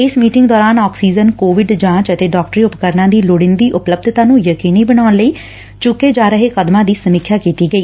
ਇਸ ਮੀਟਿੰਗ ਦੌਰਾਨ oxygen Covid ਜਾਂਚ ਅਤੇ ਡਾਕਟਰੀ ਉਪਕਰਨਾਂ ਦੀ ਲੋਂਡੀਦੀ ਉਪਲਬੱਧਤਾ ਨੰ ਯਕੀਨੀ ਬਣਾਉਣ ਲਈ ਚੁੱਕੇ ਕਦਮਾਂ ਦੀ ਸਮੀਖਿਆ ਕੀਤੀ ਗਈ